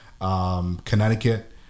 Connecticut